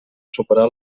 superar